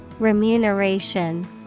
Remuneration